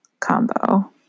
combo